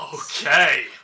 Okay